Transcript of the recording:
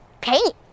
paint